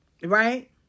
right